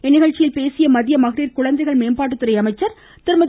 இந்நிகழ்ச்சியில் பேசிய மத்திய மகளிர் குழந்தைகள் மேம்பாட்டுத்துறை அமைச்சர் திருமதி